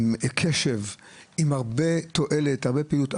עם קשב, עם הרבה תועלת, הרבה פעילות.